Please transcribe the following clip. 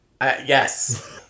Yes